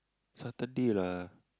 Saturday lah